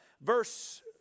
verse